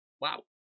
Wow